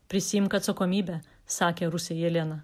prisiimk atsakomybę sakė rusė jelena